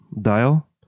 dial